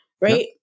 Right